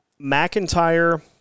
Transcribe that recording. McIntyre